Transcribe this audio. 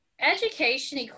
education